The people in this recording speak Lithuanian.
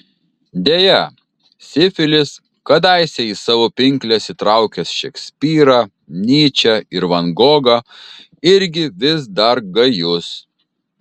deja sifilis kadaise į savo pinkles įtraukęs šekspyrą nyčę ir van gogą irgi vis dar gajus